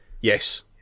Yes